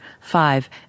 five